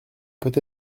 peut